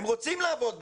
הם רוצים לעבוד בזה,